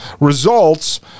Results